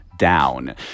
down